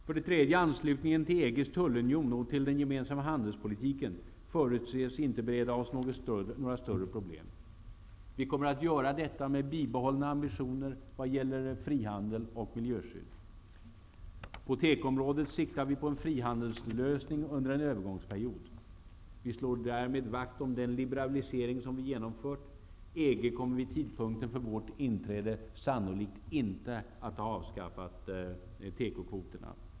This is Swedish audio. För det tredje: anslutningen till EG:s tullunion och till den gemensamma handelspolitiken förutses inte bereda oss några större problem. Vi kommer att göra detta med bibehållna ambitioner vad gäller frihandel och miljöskydd. På tekoområdet siktar vi på en frihandelslösning under en övergångsperiod. Vi slår därmed vakt om den liberalisering som vi genomfört — EG kommer vid tidpunkten för vårt inträde sannolikt inte att ha avskaffat tekokvoterna.